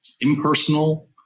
impersonal